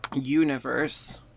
universe